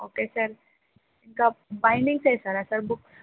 okay sir ఇంకా bindings వేస్తారా sir books